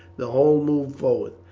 the whole moved forward.